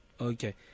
okay